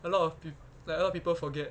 a lot of p~ like a lot of people forget